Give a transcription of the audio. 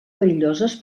perilloses